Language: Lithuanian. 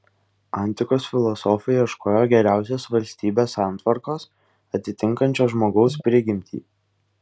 antikos filosofai ieškojo geriausios valstybės santvarkos atitinkančios žmogaus prigimtį